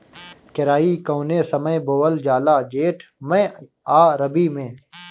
केराई कौने समय बोअल जाला जेठ मैं आ रबी में?